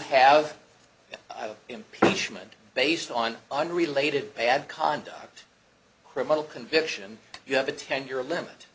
have an impeachment based on unrelated bad conduct criminal conviction you have a ten year limit